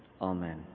Amen